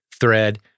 thread